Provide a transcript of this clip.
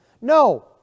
No